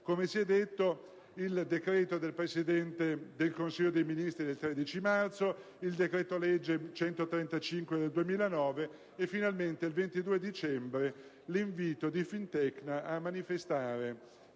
privatizzazione: il decreto del Presidente del Consiglio dei ministri del 13 marzo, il decreto-legge n. 135 del 2009 e finalmente, il 22 dicembre, l'invito di Fintecna a manifestazioni